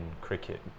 cricket